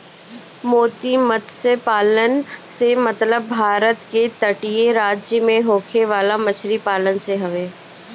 मोती मतस्य पालन से मतलब भारत के तटीय राज्य में होखे वाला मछरी पालन से हवे